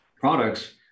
products